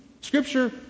Scripture